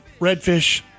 redfish